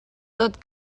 tot